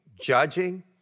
judging